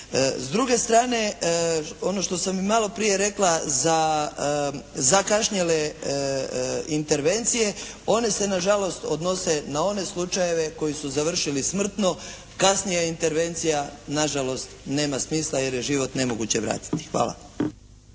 S druge strane ono što sam i maloprije rekla za zakašnjele intervencije one se nažalost odnose na one slučajeve koji su završili smrtno. Kasnije je intervencija nažalost nema smisla jer je život nemoguće vratiti. Hvala.